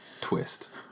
Twist